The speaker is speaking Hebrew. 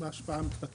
במה ההשפעה מתבטאת?